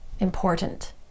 important